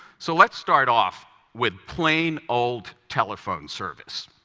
so let's start off with plain old telephone service.